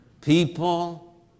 people